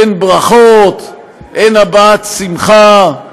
אין ברכות, אין הבעת שמחה,